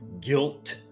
guilt